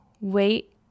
wait